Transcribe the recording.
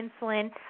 insulin